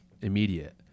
immediate